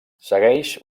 segueix